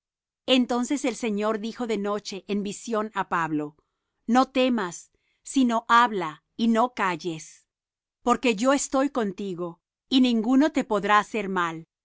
entonces él señor dijo de noche en visión á pablo no temas sino habla y no calles porque yo estoy contigo y ninguno te podrá hacer mal